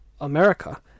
America